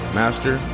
master